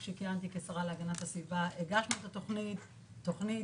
כאשר כיהנתי כשרה להגנת הסביבה הגשנו את התוכנית תוכנית